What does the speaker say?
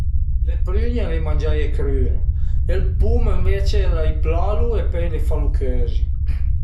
Le prün-e l'ai mangiaie crüe e ël pum ënvece l'ai plalu e pöi l'ai falu cözi